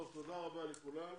תודה רבה לכולם.